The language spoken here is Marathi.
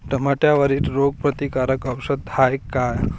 टमाट्यावरील रोग प्रतीकारक औषध हाये का?